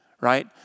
right